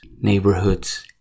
neighborhoods